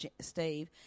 Steve